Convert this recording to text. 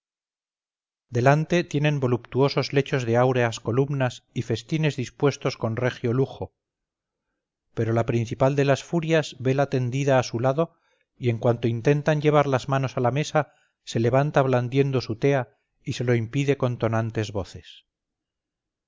delante tienen voluptuosos lechos de áureas columnas y festines dispuestos con regio lujo pero la principal de las furias vela tendida a su lado y en cuanto intentan llevar las manos a la mesa se levanta blandiendo su tea y se lo impide con tonantes voces